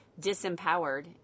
disempowered